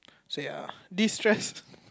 so ya de stressed